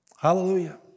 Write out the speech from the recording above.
Hallelujah